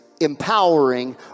empowering